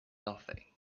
nothing